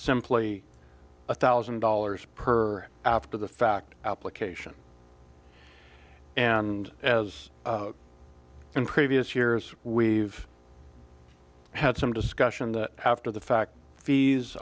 simply a thousand dollars per after the fact application and as in previous years we've had some discussion that after the fact